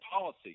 policy